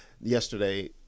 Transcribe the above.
yesterday